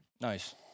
Nice